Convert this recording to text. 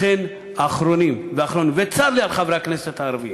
לכן, האחרונים, וצר לי על חברי הכנסת הערבים,